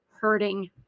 hurting